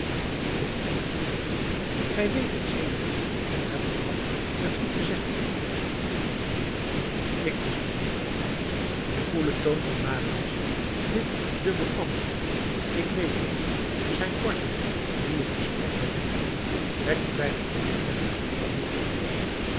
ik weet het gij weet het sedert ik de eer heb gehad t u te zeggen neen ik wist het vroeger de koele toon van marius dit dubbel antwoord ik weet het zijn kortheid die het gesprek belemmerde wekte bij den onbekende een verborgen toorn